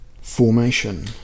Formation